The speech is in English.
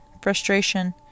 frustration